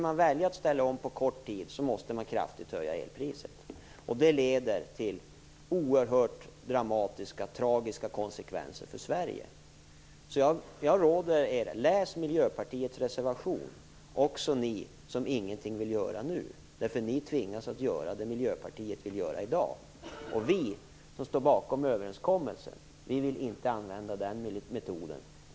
Om man skulle välja att ställa om energisystemet under en kort tid måste man kraftigt höja elpriset. Det leder till oerhört dramatiska och tragiska konsekvenser för Sverige. Jag råder därför er andra - även ni som inte vill göra något nu, eftersom ni tvingas göra det som Miljöpartiet vill göra i dag - att läsa Miljöpartiets reservation. Vi som står bakom överenskommelsen vill inte använda den metoden.